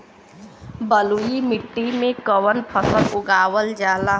बलुई मिट्टी में कवन फसल उगावल जाला?